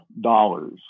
dollars